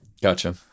Gotcha